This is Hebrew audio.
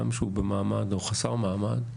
גם כשהוא במעמד או חסר מעמד,